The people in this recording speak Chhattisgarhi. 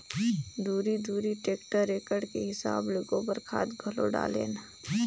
दूरी दूरी टेक्टर एकड़ के हिसाब ले गोबर खाद घलो डालेन